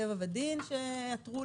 טבע ודין שעתרו,